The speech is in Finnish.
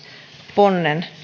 ponnen